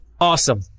Awesome